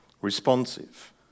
responsive